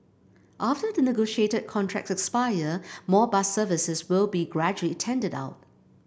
after the negotiated contracts expire more bus services will be gradually tendered out